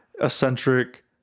eccentric